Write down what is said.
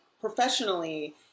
professionally